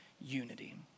unity